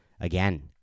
Again